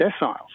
deciles